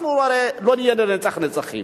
אנחנו הרי לא נהיה לנצח נצחים,